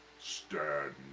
stand